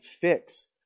fix